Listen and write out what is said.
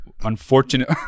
unfortunate